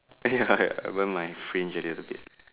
!aiya! burn my fringe a little bit